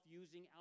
using